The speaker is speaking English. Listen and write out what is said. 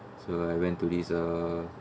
so I went to this uh